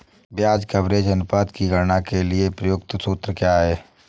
ब्याज कवरेज अनुपात की गणना के लिए प्रयुक्त सूत्र क्या है?